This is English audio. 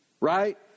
Right